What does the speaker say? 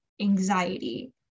anxiety